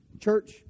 church